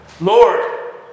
Lord